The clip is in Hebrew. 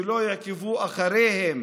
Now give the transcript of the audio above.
שלא יעקבו אחריהם